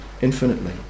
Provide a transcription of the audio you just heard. infinitely